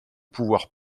pouvoir